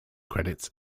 credits